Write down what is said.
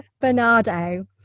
Bernardo